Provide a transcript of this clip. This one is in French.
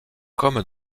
comme